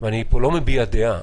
ואני לא מביע דעה.